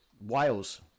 Wales